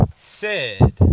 Sid